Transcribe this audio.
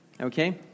Okay